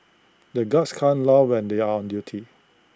the guards can't laugh and they are on duty